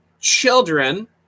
children